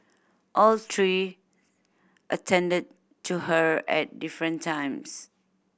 all three attended to her at different times